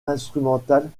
instrumentales